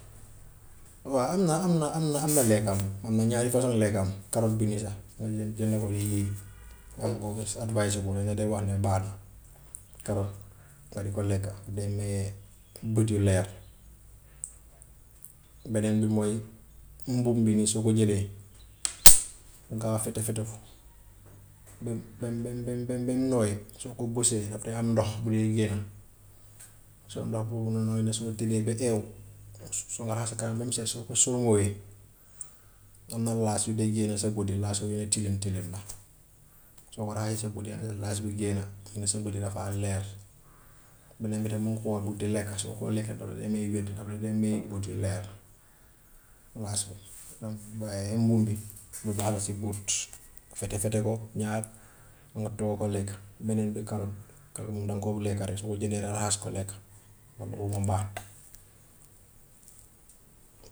waa am na am na am na am na lekkam, am na ñaari façon lekkam, karoot bi nii sax nga jënd ko nga yëy moom moom c'est advisible dañ la dee wax ne baax na, karoot nga di ko lekka day maye bët yu leer. Beneen bi mooy mbuum bi nii soo ko jëlee nga fete fete ko ba mu ba mu ba mu nooy soo ko bësee daf dee am ndox bu dee génn, so ndox boobu noonu soo tëddee ba eewu su nga raxas kanam ba mu set soo ko sëlmoowee am na laas yu dee génn sa bët yi laas yooyule tilim tilim la, soo ko raxasee sa bët yi nga gis laas bi di génna, nga gis sa bët yi dafaa leer. Beneen bi tam mun nga koo bugg di lekka, soo ko lekkee daf lay may wér, daf la dee may bët yu leer, laas bi mbuum bi lu baax la si bët, fete fete ko ñaar nga doog a lekk. Beneen bi karoot; karoot moom danga koo lekka rek, soo ko jëndee nga raxas ko lekk moom boobu moom baax na.